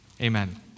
Amen